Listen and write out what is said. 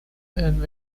and